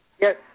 Yes